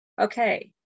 Okay